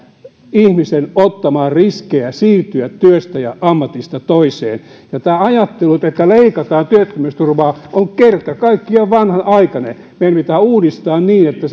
ihmisen ottamaan riskejä siirtyä työstä ja ammatista toiseen tämä ajattelu että leikataan työttömyysturvaa on kerta kaikkiaan vanhanaikainen meidän pitää uudistaa sitä niin että